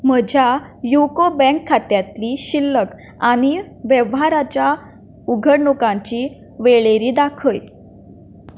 म्हज्या यूको बँक खात्यांतली शिल्लक आनी वेव्हाराच्या घडणुकांची वळेरी दाखय